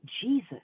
Jesus